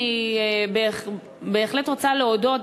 אני בהחלט רוצה להודות,